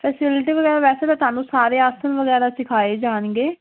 facility ਵਗੈਰਾ ਵੈਸੇ ਤਾਂ ਤੁਹਾਨੂੰ ਸਾਰੇ ਆਸਣ ਵਗੈਰਾ ਸਿਖਾਏ ਜਾਣਗੇ